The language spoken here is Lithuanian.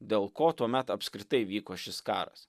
dėl ko tuomet apskritai vyko šis karas